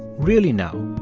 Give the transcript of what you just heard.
really know,